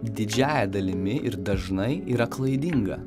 didžiąja dalimi ir dažnai yra klaidinga